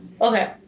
Okay